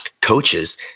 coaches